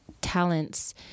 talents